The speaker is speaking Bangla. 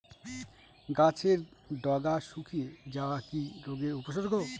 গাছের ডগা শুকিয়ে যাওয়া কি রোগের উপসর্গ?